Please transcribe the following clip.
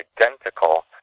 identical